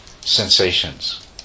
sensations